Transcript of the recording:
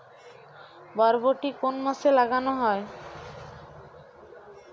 বরবটি কোন মাসে লাগানো হয়?